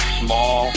small